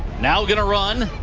now going to run.